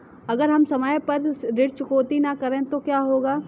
अगर हम समय पर ऋण चुकौती न करें तो क्या होगा?